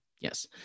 Yes